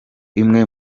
imwe